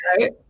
right